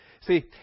See